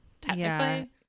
technically